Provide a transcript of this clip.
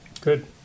Good